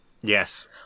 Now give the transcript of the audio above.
Yes